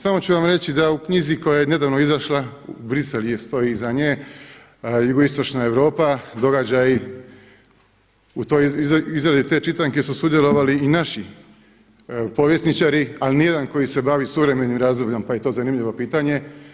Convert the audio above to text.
Samo ću vam reći da u knjizi koja je nedavno izašla … stoji iza nje jugoistočna Europa događa, i u izradi te čitanke su sudjelovali i naši povjesničari ali ni jedan koji se bavi suvremenim razdobljem pa je to zanimljivo pitanje.